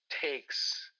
takes